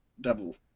Devil